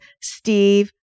Steve